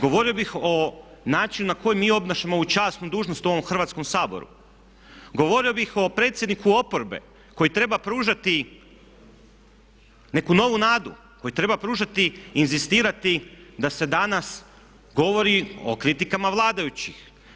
Govorio bih o načinu na koji mi obnašamo ovu časnu dužnost u ovom Hrvatskom saboru, govorio bih o predsjedniku oporbe koji treba pružati neku novu nadu, koji treba pružati, inzistirati da se danas govori o kritikama vladajućih.